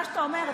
מה שאתה אומר.